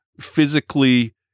physically